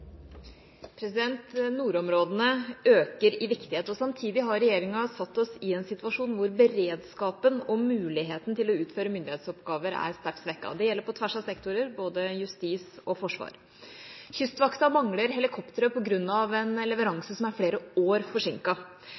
Nordområdene øker i viktighet. Samtidig har regjeringa satt oss i en situasjon hvor beredskapen og muligheten til å utføre myndighetsoppgaver er sterkt svekket. Dette gjelder på tvers av sektorer, både innen justis og forsvar. Kystvakten mangler helikoptre på grunn av en leveranse som er flere år